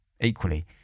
Equally